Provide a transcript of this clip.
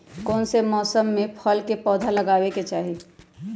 कौन मौसम में फल के पौधा लगाबे के चाहि?